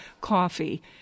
coffee